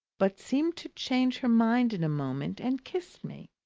but seemed to change her mind in a moment and kissed me.